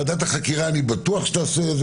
אני בטוח שוועדת החקירה תעשה את זה